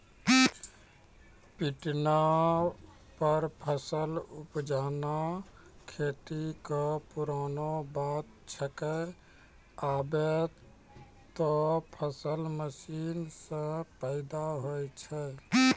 पिटना पर फसल उपजाना खेती कॅ पुरानो बात छैके, आबॅ त फसल मशीन सॅ पैदा होय छै